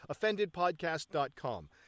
offendedpodcast.com